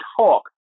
talk